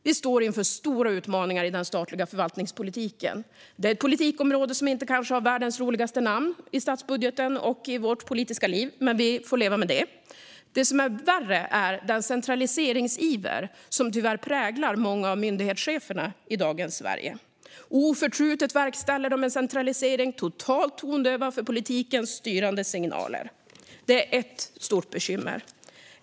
Vi står inför stora utmaningar i den statliga förvaltningspolitiken. Det är ett politikområde som kanske inte har världens roligaste namn i statsbudgeten och vårt politiska liv, men vi får leva med det. Värre är den centraliseringsiver som tyvärr präglar många av myndighetscheferna i dagens Sverige. Oförtrutet verkställer de en centralisering, totalt tondöva för politikens styrande signaler. Detta är ett stort bekymmer.